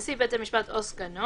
נשיא בית משפט או סגנו